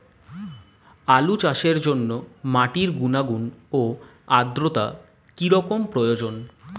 আলু চাষের জন্য মাটির গুণাগুণ ও আদ্রতা কী রকম প্রয়োজন?